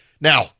Now